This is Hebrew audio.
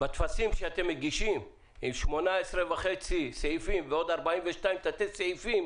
בטפסים שאתם מגישים עם 18.5 סעיפים ועוד 42 תתי סעיפים,